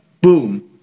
boom